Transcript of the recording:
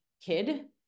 kid